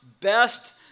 best